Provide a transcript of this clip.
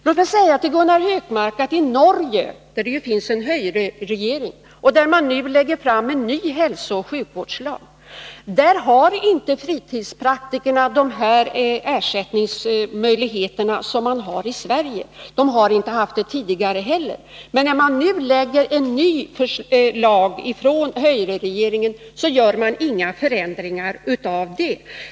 Låt mig säga till Gunnar Hökmark att i Norge, där man har en hgyreregering som nu lägger fram en ny hälsooch sjukvårdslag, har fritidspraktikerna inte sådana ersättningsmöjligheter som gäller i Sverige och har inte tidigare haft det. Inte heller nu när hgyreregeringen lägger fram en ny lag görs några förändringar i det avseendet.